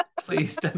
please